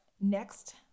Next